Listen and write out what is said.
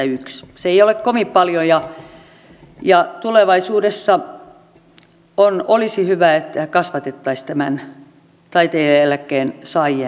se ei ole kovin paljon ja tulevaisuudessa olisi hyvä jos kasvatettaisiin taiteilijaeläkkeen saajien määrää